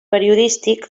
periodístic